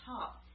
top